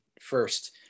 first